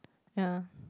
ya